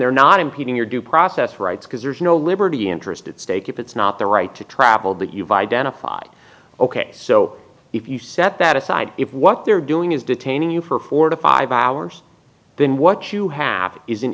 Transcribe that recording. they're not impeding your due process rights because there's no liberty interest at stake if it's not their right to travel that you've identified ok so if you set that aside if what they're doing is detaining you for four to five hours then what you have is an